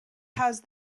have